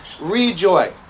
rejoice